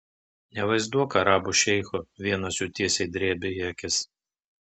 nevaizduok arabų šeicho vienas jų tiesiai drėbė į akis